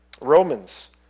Romans